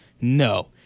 no